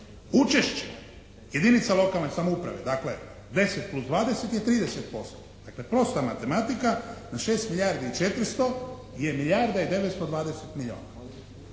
Učešće jedinica lokalne samouprave dakle 10+20 je 30%. Dakle, prosta matematika na 6 milijardi i četiristo je milijarda i 920 milijuna.